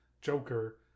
Joker